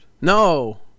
No